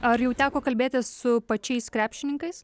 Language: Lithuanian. ar jau teko kalbėtis su pačiais krepšininkais